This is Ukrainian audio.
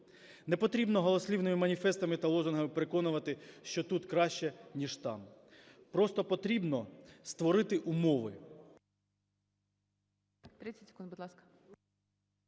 Не потрібно голослівними маніфестами та лозунгами переконувати, що тут краще, ніж там. Просто потрібно створити умови...